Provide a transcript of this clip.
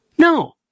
No